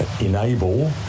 enable